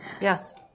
Yes